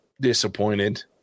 disappointed